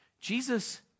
Jesus